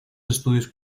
estudios